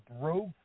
broke